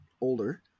older